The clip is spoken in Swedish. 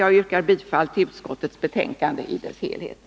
Jag yrkar bifall till utskottets hemställan på samtliga punkter.